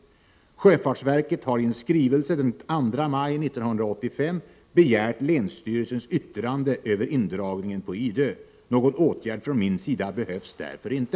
Sjöfartsverket har i en skrivelse den 2 maj 1985 begärt länsstyrelsens yttrande över indragningen på Idö. Någon åtgärd från min sida behövs därför inte.